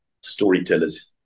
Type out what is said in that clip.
storytellers